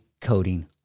coding